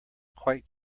quite